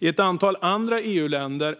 I ett antal andra EU-länder